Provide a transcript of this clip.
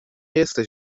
jesteś